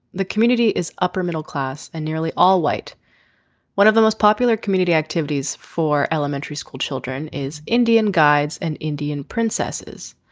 the community is upper middle class and nearly all white one of the most popular community activities for elementary school children is indian guides and indian princesses.